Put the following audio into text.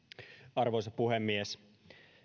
arvoisa puhemies